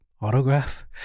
autograph